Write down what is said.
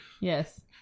Yes